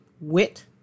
wit